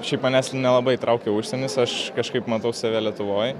šiaip manęs nelabai traukia užsienis aš kažkaip matau save lietuvoj